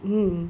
mmhmm mmhmm